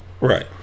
Right